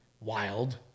wild